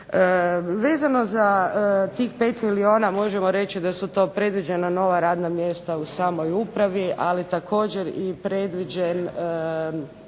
Vezano za tih 5 milijuna, možemo reći da su to predviđena nova radna mjesta u samoj upravi, ali također i predviđen